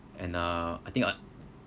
and uh I think uh